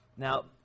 Now